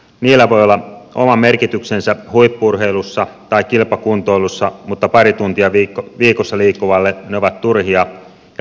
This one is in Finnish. niillä voi olla oma merkityksensä huippu urheilussa tai kilpakuntoilussa mutta pari tuntia viikossa liikkuvalle ne ovat turhia ja merkityksettömiä